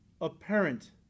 apparent